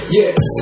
yes